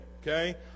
okay